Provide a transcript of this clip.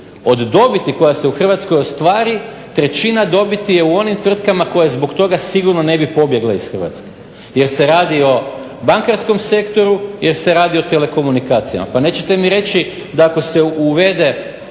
od dobiti koja se u Hrvatskoj ostvari trećina dobiti je u onim tvrtkama koje zbog toga sigurno ne bi pobjegle iz Hrvatske jer se radi o bankarskom sektoru jer se radi o telekomunikacijama. Pa nećete mi reći da ako se uvede